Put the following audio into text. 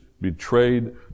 betrayed